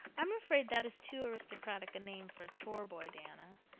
i'm afraid that is too aristocratic a name for a chore boy, diana.